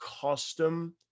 custom